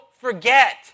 forget